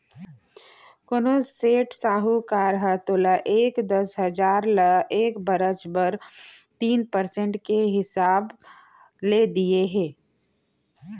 कोनों सेठ, साहूकार ह तोला ए दस हजार ल एक बछर बर तीन परसेंट के हिसाब ले दिये हे?